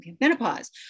menopause